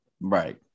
Right